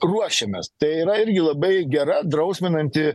ruošiamės tai yra irgi labai gera drausminanti